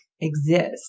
exist